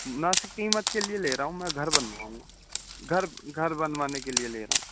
مناسب قیمت کے لیے لے رہا ہوں میں گھر بنواؤں گا گھر گھر بنوانے کے لیے لے رہا ہوں